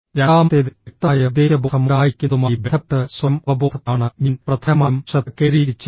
രണ്ടാമത്തേതിൽ വ്യക്തമായ ഉദ്ദേശ്യബോധം ഉണ്ടായിരിക്കുന്നതുമായി ബന്ധപ്പെട്ട് സ്വയം അവബോധത്തിലാണ് ഞാൻ പ്രധാനമായും ശ്രദ്ധ കേന്ദ്രീകരിച്ചിരുന്നത്